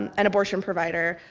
and an abortion provider,